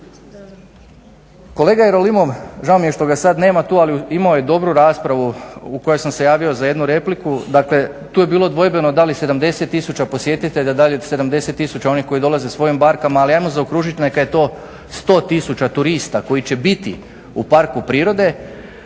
Kolega Jerolimov, žao mi je što ga sada nema tu ali imao je dobru raspravu u kojoj sam se javio za jednu repliku. Dakle tu je bilo dvojbeno da li 70 tisuća posjetitelja, da li je 70 tisuća onih koji dolaze svojom barkom ali ajmo zaokružiti neka je to 100 tisuća turista koji će biti u parku prirode.